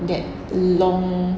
that long